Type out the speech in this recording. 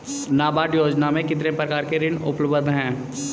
नाबार्ड योजना में कितने प्रकार के ऋण उपलब्ध हैं?